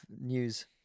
news